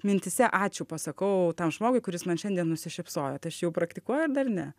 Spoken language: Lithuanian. mintyse ačiū pasakau tam žmogui kuris man šiandien nusišypsojo tai aš jau praktikuoju ar dar ne